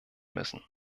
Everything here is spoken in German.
müssen